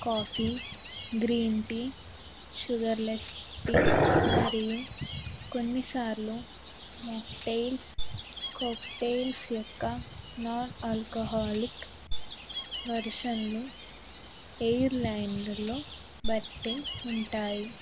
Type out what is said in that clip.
coffee green tea sugarless tea మరియు కొన్నిసార్లు mocktails cocktails యొక్క నాన్ ఆల్కహోాలక్ వర్షన్లు ఎయిర్ లైనర్లో బట్టే ఉంటాయి